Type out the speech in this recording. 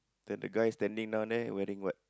then the guy standing down there wearing what